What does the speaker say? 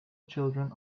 children